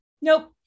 nope